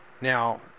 Now